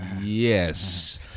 yes